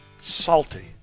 Salty